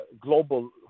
global